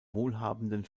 wohlhabenden